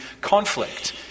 conflict